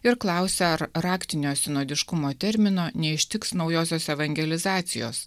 ir klausia ar raktinio sinodiškumo termino neištiks naujosios evangelizacijos